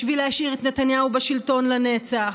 בשביל להשאיר את נתניהו בשלטון לנצח,